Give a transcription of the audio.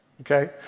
okay